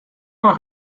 van